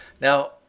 Now